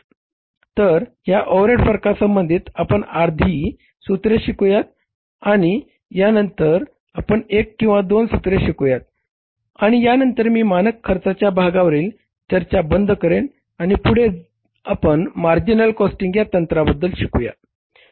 तर ह्या ओव्हरहेडच्या फरका संबंधी आपण आधी सूत्रे शिकूया आणि यानंतर आपण एक किंवा दोन सूत्रे शिकूया आणि यानंतर मी मानक खर्चाच्या भागावरील चर्चा बंद करेन आणि पुढे आपण मार्जिनल कॉस्टिंग या तंत्राबद्दल शिकू